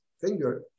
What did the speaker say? finger